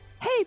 Hey